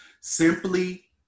Simply